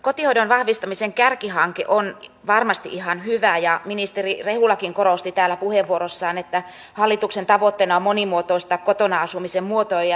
kotihoidon vahvistamisen kärkihanke on varmasti ihan hyvä ja ministeri rehulakin korosti täällä puheenvuorossaan että hallituksen tavoitteena on monimuotoistaa kotona asumisen muotoja ja tapoja